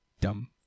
dumb